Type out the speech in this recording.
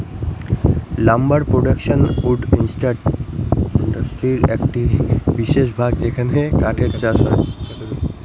lumber production wood ইন্ডাস্ট্রির একটি বিশেষ ভাগ যেখানে কাঠের চাষ হয়